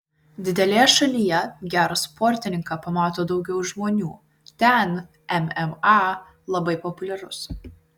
didelėje šalyje gerą sportininką pamato daugiau žmonių ten mma labai populiarus